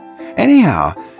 Anyhow